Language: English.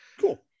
cool